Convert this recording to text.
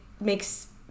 makes